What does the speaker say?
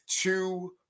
two